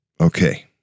Okay